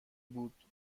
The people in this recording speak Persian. بود